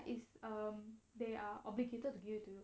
it's um they are obligated to give you